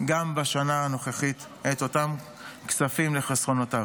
גם בשנה הנוכחית את אותם כספים לחסכונותיו.